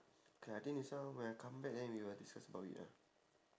okay I think this one when I come back then we will discuss about it ah